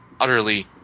utterly